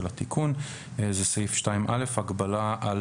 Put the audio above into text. הגבלה על